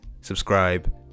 subscribe